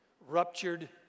ruptured